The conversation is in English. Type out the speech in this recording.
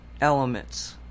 elements